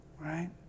Right